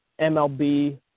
MLB